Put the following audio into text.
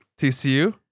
TCU